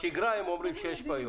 בשגרה הם אומרים שיש בעיות.